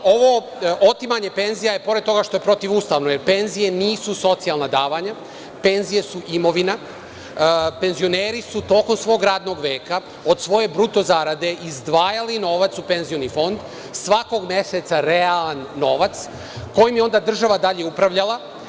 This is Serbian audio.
Ovo otimanje penzija, pored toga što je protivustavno, penzije nisu socijalna davanja, penzije su imovina, penzioneri su tokom svog radnog veka od svoje bruto zarade izdvajali novac u penzioni fond, svakog meseca realan novac, kojim je onda država dalje upravljala.